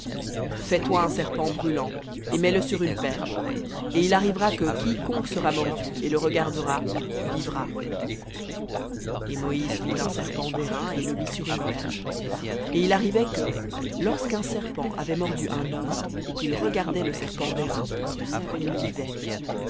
fais-toi un brûlant et mets-le sur une perche et il arrivera que quiconque sera mordu et le regardera vivra et moïse fit un serpent d'airain et le mit sur une perche et il arrivait que lorsqu'un serpent avait mordu un homme et qu'il regardait le serpent d'airain il vivait